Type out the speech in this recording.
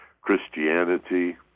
Christianity